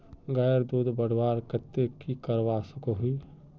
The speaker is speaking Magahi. गायेर दूध बढ़वार केते की करवा सकोहो ही?